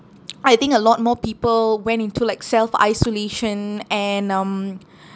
I think a lot more people went into like self isolation and um